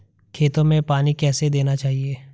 खेतों में पानी कैसे देना चाहिए?